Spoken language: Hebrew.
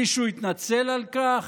מישהו התנצל על כך?